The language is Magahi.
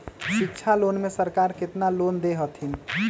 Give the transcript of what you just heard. शिक्षा लोन में सरकार केतना लोन दे हथिन?